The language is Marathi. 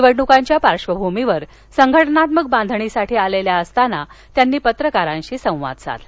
निवडणुकांच्या पार्वभूमीवर संघटनात्मक बांधणीसाठी आलेल्या असताना त्यांनी पत्रकारांशी संवाद साधला